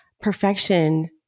Perfection